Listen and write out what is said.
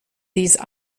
these